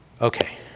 Okay